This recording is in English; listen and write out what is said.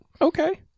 okay